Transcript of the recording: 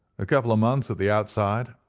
a couple of months at the outside.